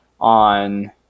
on